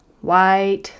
white